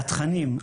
והתכנים,